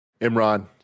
Imran